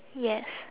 yes